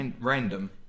Random